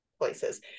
places